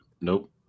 Nope